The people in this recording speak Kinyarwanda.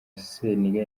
seninga